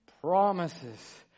promises